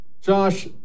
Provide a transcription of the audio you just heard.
josh